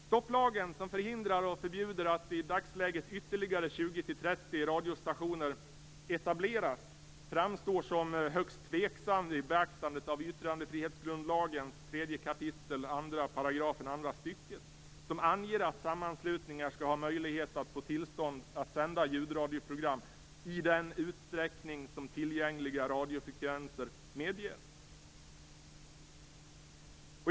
Stopplagen som förhindrar och förbjuder att i dagsläget ytterligare 20-30 radiostationer etableras framstår som högst tveksam vid beaktande av yttrandefrihetslagens 3 kap. 2 § andra stycket, som anger att sammanslutningar skall ha möjlighet att få tillstånd att sända ljudradioprogram i den utsträckning som tillgängliga radiofrekvenser medger.